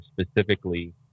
specifically